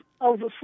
over